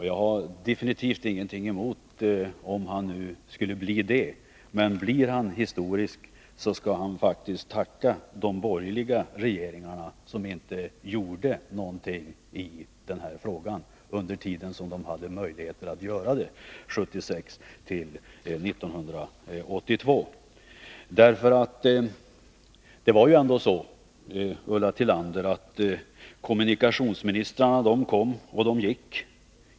Jag har definitivt inget emot det, men blir han historisk kan han faktiskt tacka de borgerliga regeringarna, som inte har gjort någonting i denna fråga under den tid, 1976-1982, då de har haft möjlighet att göra det. Det var ju så, Ulla Tillander, att kommunikationsministrarna kom och gick.